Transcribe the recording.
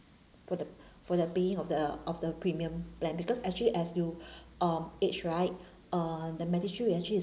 for the for the paying of the of the premium plan because actually as you uh age right uh the MediShield is actually is